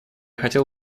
хотел